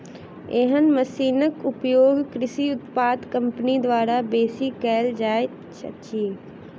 एहन मशीनक उपयोग कृषि उत्पाद कम्पनी द्वारा बेसी कयल जाइत अछि